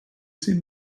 seen